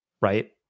right